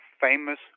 famous